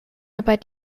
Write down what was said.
aber